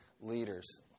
leaders